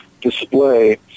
display